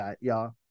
y'all